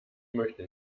möchte